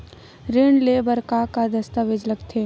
ऋण ले बर का का दस्तावेज लगथे?